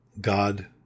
God